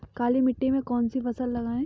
काली मिट्टी में कौन सी फसल लगाएँ?